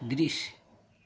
दृश्य